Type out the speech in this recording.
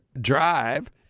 drive